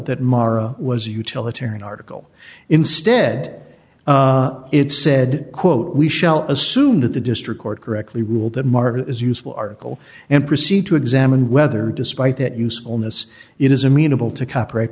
that mara was utilitarian article instead it said quote we shall assume that the district court correctly ruled that mark is useful article and proceed to examine whether despite that usefulness it is amenable to copyright